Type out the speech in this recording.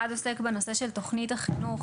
אחד עוסק בנושא של תכנית החינוך,